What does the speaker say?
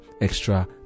extra